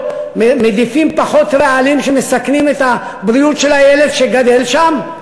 מדיפים פחות רעלים שמסכנים את הבריאות של הילד שגדל שם,